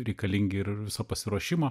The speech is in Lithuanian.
reikalingi ir viso pasiruošimo